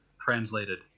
translated